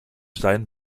stein